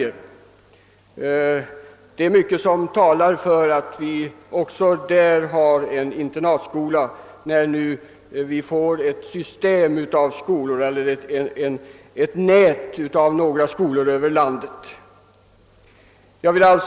Det är mycket som talar för att vi också i Västsverige skall ha en internatskola, när det nu skall bli ett nät av ett antal sådana skolor i vårt land. Herr talman!